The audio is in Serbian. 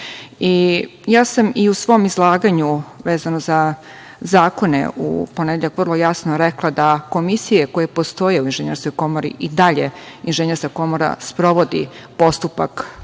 sam i u svom izlaganju vezano za zakone u ponedeljak vrlo jasno rekla da komisije koje postoje u Inženjerskoj komori i dalje Inženjerska komora sprovodi postupak polaganja